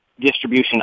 distribution